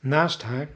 naast haar